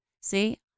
See